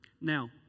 Now